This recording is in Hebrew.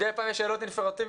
מדי פעם יש שאלות אינפורמטיביות,